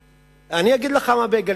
אגיד לך מה בייגלה,